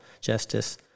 Justice